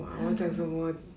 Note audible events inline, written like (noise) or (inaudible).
(laughs)